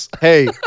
hey